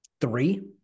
Three